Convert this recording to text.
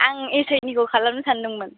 आं एसआइनिखौ खालामनो सान्दोंमोन